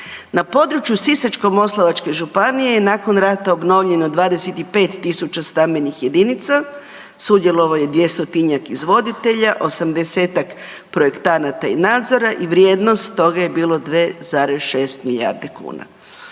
Na području Sisačko-moslavačke županije je nakon rata obnovljeno 25.000 stambenih jedinica, sudjelovalo je 200-tinjak izvoditelja, 80-tak projektanata i nadzora i vrijednost toga je bilo 2,6 milijardi kuna.